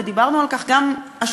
ודיברנו על כך גם השבוע,